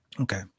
Okay